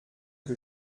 que